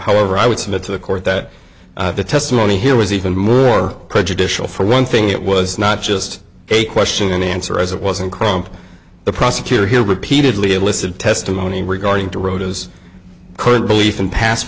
however i would submit to the court that the testimony here was even more prejudicial for one thing it was not just a question and answer as it wasn't crump the prosecutor here repeatedly elicited testimony regarding to rhoda's current belief and past